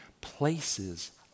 places